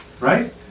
right